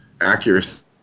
accuracy